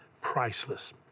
priceless